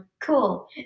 cool